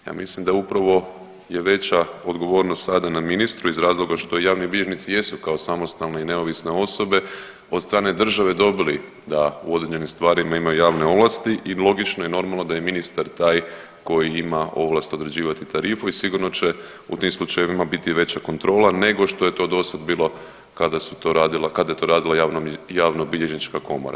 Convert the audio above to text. Ja mislim da je upravo veća odgovornost sada na ministru iz razloga što javni bilježnici jesu kao samostalne i neovisne osobe od strane države dobili da u određenim stvarima imaju javne ovlasti i logično je normalno da je ministar taj koji ima ovlast određivati tarifu i sigurno će u tim slučajevima biti veća kontrola nego što je to do sad bilo kada je to radila Javnobilježnička komora.